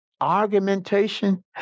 Argumentation